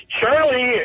Charlie